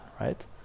right